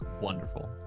wonderful